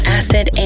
acid